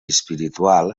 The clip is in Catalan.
espiritual